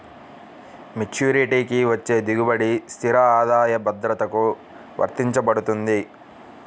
మెచ్యూరిటీకి వచ్చే దిగుబడి స్థిర ఆదాయ భద్రతకు వర్తించబడుతుంది